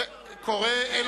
קורה לפעמים.